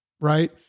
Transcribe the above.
right